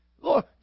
Lord